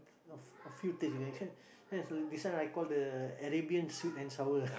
a a a few taste this one I call the Arabian sweet and sour